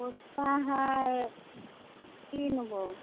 पोता हइ तीनगो